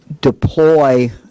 deploy